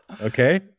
Okay